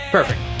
Perfect